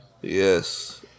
Yes